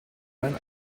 mein